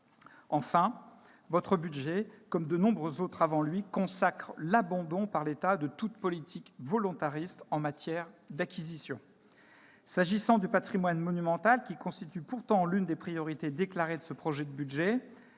Enfin, votre budget, comme de nombreux autres avant lui, consacre l'abandon par l'État de toute politique volontariste en matière d'acquisition. S'agissant du patrimoine monumental, qui constitue pourtant l'une des priorités déclarées de ce projet de budget,